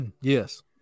yes